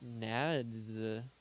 nads